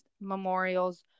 memorials